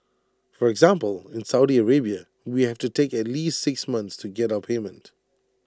for example in Saudi Arabia we have to take at least six months to get our payment